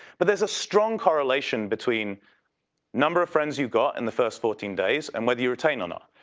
but there's a strong correlation between number of friends you've got in the first fourteen days and whether you retain or not.